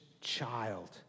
child